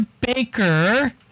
baker